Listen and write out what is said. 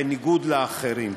בניגוד לאחרים.